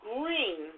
Green